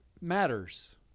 matters